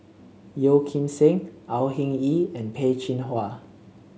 Yeo Kim Seng Au Hing Yee and Peh Chin Hua